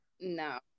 no